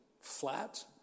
flat